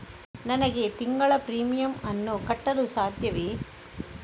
ನನಗೆ ತಿಂಗಳ ಪ್ರೀಮಿಯಮ್ ಅನ್ನು ಕಟ್ಟಲು ಸಾಧ್ಯವೇ?